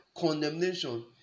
condemnation